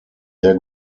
sehr